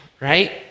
right